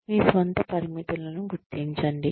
మీ స్వంత పరిమితులను గుర్తించండి